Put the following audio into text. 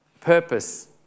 purpose